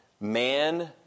man